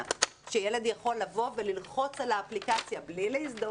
שילד יכול לבוא וללחוץ על האפליקציה בלי להזדהות,